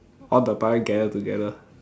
all the pirate gather together